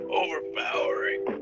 overpowering